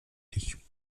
dich